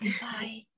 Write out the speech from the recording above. Bye